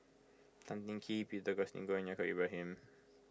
Tan Teng Kee Peter Augustine Goh and Yaacob Ibrahim